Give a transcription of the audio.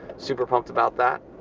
super pumped about that.